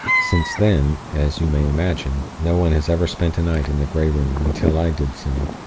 since then, as you may imagine, no one has ever spent a night in the grey room, until i did so.